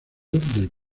del